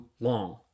long